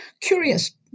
curious